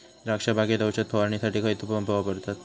द्राक्ष बागेत औषध फवारणीसाठी खैयचो पंप वापरतत?